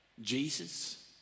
Jesus